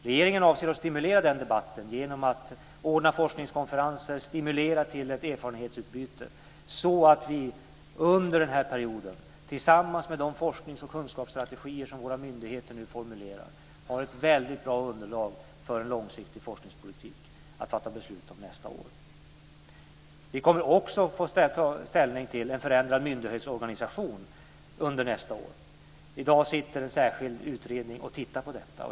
Regeringen avser att stimulera den debatten genom att ordna forskningskonferenser, stimulera till ett erfarenhetsutbyte så att vi under den här perioden tillsammans med de forsknings och kunskapsstrategier som våra myndigheter nu formulerar har ett väldigt bra underlag för en långsiktig forskningspolitik att fatta beslut om nästa år. Vi kommer också att få ta ställning till en förändrad myndighetsorganisation under nästa år. I dag sitter en särskild utredning och tittar på detta.